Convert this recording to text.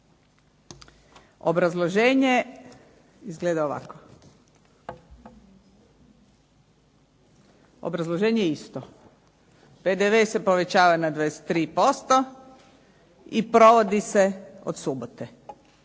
Obrazloženje izgleda ovako. Obrazloženje je isto. PDV se povećava na 23% i provodi se od subote.